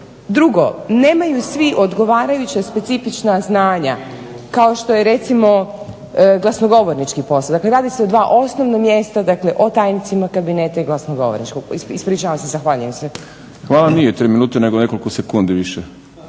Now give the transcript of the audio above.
Drugo, nemaju svi odgovarajuća specifična znanja, kao što je recimo glasnogovornički posao, radi se o dva osnovna mjesta dakle o tajnicima kabineta i glasnogovornicima. Ispričavam se i zahvaljujem se. **Šprem, Boris (SDP)** Hvala, nije tri minute nego nekoliko sekundi više.